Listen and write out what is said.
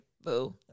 Boo